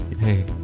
Hey